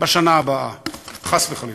חס וחלילה,